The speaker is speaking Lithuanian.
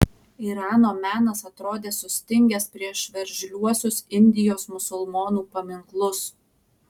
irano menas atrodė sustingęs prieš veržliuosius indijos musulmonų paminklus